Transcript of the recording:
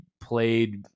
played